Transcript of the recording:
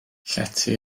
llety